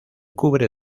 cubre